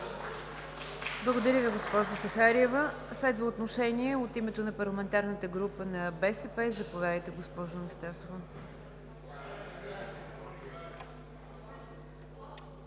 Благодаря Ви, госпожо Захариева. Следва отношение от името на парламентарната група на БСП. Заповядайте, госпожо Анастасова.